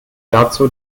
dazu